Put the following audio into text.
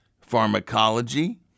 pharmacology